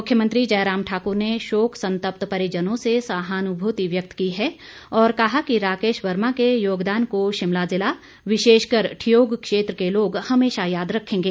मुख्यमंत्री जयराम ठाक्र ने शोक संतप्त परिजनों से सहानुभूति व्यक्त की है और कहा कि राकेश वर्मा के योगदान को शिमला जिला विशेषकर ठियोग क्षेत्र के लोग हमेशा याद रखेंगे